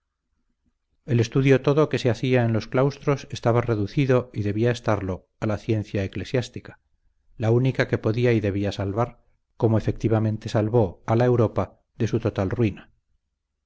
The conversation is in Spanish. el estudio todo que se hacía en los claustros estaba reducido y debía estarlo a la ciencia eclesiástica la única que podía y debía salvar como efectivamente salvó a la europa de su total ruina